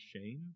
shame